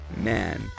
man